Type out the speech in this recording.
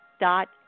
dot